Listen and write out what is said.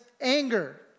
anger